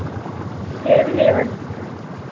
ఇంకేమి లేవండి